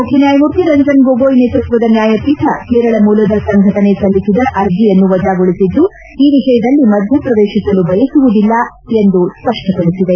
ಮುಖ್ಯನ್ಕಾಯಮೂರ್ತಿ ರಂಜನ್ ಗೊಗೊಯ್ ನೇತೃತ್ವದ ನ್ಯಾಯಪೀಠ ಕೇರಳ ಮೂಲದ ಸಂಘಟನೆ ಸಲ್ಲಿಸಿದ ಅರ್ಜಿಯನ್ನು ವಜಾಗೊಳಿಸಿದ್ದು ಈ ವಿಷಯದಲ್ಲಿ ಮಧ್ಯಪ್ರವೇತಿಸಲು ಬಯಸುವುದಿಲ್ಲ ಎಂದು ಸ್ಪಪ್ಪಡಿಸಿದೆ